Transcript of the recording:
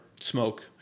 smoke